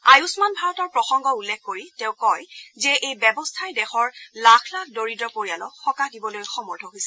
আয়ুমান ভাৰতৰ প্ৰসংগ উল্লেখ কৰি তেওঁ কয় যে এই ব্যৱস্থাই দেশৰ লাখ লাখ দৰিদ্ৰ পৰিয়ালক সকাহ দিবলৈ সমৰ্থ হৈছে